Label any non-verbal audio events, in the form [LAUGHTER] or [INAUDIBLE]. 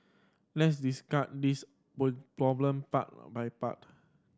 let's [UNINTELLIGIBLE] this [UNINTELLIGIBLE] problem part by part